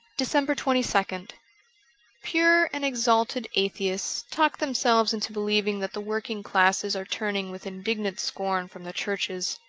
december twenty second pure and exalted atheists talk themselves into believing that the working classes are turning with indignant scorn from the churches.